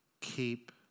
Keep